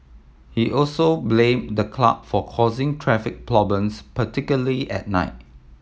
he also blamed the club for causing traffic problems particularly at night